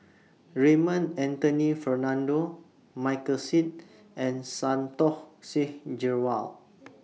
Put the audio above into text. Raymond Anthony Fernando Michael Seet and Santokh Singh Grewal